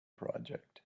project